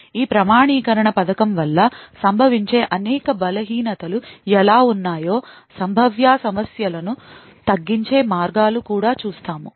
ఈ ప్రామాణీకరణ పథకం వల్ల సంభవించే అనేక బలహీనతలు ఎలా ఉన్నాయో సంభావ్య సమస్యలను తగ్గించే మార్గాలు కూడా చూస్తాము ధన్యవాదాలు